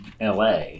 LA